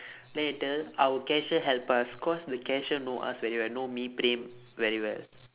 then he tell our cashier help us cause the cashier know us very well know me praem very well